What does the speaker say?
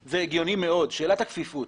זה הגיוני מאוד, שאלת הכפיפות.